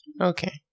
Okay